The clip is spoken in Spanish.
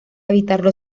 evitarlo